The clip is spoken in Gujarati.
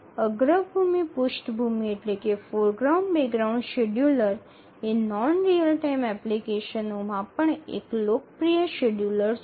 અગ્રભૂમિ પૃષ્ઠભૂમિ શેડ્યૂલર એ નોન રીઅલ ટાઇમ એપ્લિકેશનોમાં પણ એક લોકપ્રિય શેડ્યૂલર છે